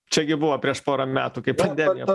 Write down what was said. čia gi buvo prieš porą metų kai pandemija